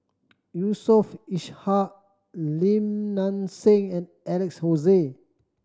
Yusof Ishak Lim Nang Seng and Alex Josey